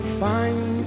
find